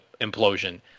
implosion